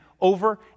over